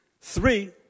three